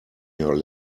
your